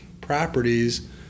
properties